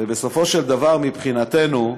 ובסופו של דבר, מבחינתנו,